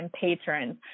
patrons